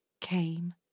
came